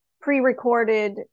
pre-recorded